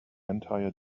entire